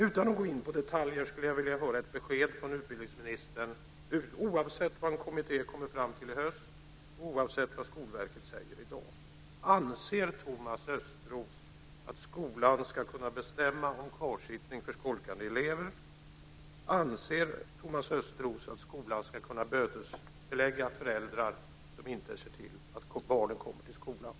Utan att gå in på detaljer skulle jag vilja ha ett besked från utbildningsministern, oavsett vad en kommitté kommer fram till i höst och oavsett vad Skolverket säger i dag. Anser Thomas Östros att skolan ska kunna bestämma om kvarsittning för skolkande elever? Anser Thomas Östros att skolan ska kunna bötesbelägga föräldrar som inte ser till att barnen kommer till skolan?